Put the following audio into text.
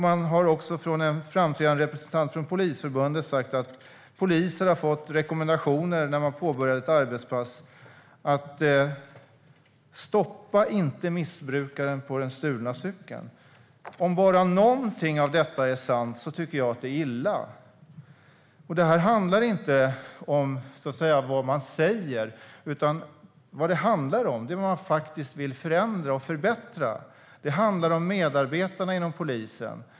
Man har också på framsidan en representant från Polisförbundet som säger: Poliser har när de påbörjar ett arbetspass fått rekommendationen att inte stoppa missbrukaren på den stulna cykeln. Om bara något av detta är sant tycker jag att det är illa. Detta handlar inte om vad man säger utan om vad man faktiskt vill förändra och förbättra. Det handlar om medarbetarna inom polisen.